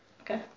Okay